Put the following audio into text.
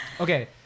Okay